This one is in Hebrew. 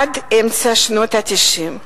עד אמצע שנות ה-90,